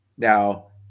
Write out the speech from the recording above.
Now